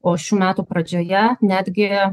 o šių metų pradžioje netgi